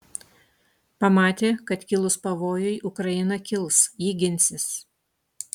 pamatė kad kilus pavojui ukraina kils ji ginsis